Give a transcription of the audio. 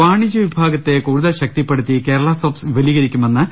വാണിജ്യ വിഭാഗത്തെ കൂടുതൽ ശക്തിപ്പെടുത്തി കേരള സോപ്സ് വിപുലീ കരിക്കുമെന്ന് മന്ത്രി ഇ